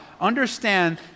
understand